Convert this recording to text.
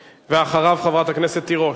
ואחריו, חברת הכנסת תירוש.